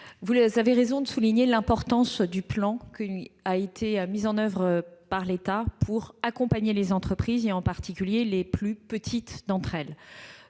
vous avez raison de souligner l'importance du plan qui a été mis en oeuvre par l'État pour accompagner les entreprises, en particulier les plus petites d'entre elles.